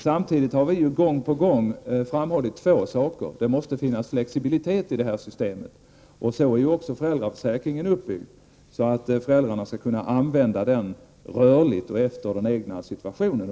Samtidigt har vi gång på gång framhållit att det måste finnas flexibilitet i det här systemet och så är ju också föräldraförsäkringen uppbyggd. Föräldrarna skall kunna använda den rörligt och efter den egna situationen.